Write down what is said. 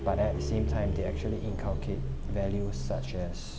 but at the same time they actually inculcate values such as